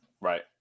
Right